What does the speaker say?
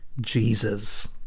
Jesus